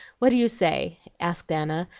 what do you say? asked anna,